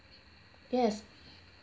yes